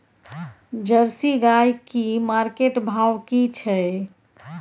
Jersey गाय की market भाव की छै?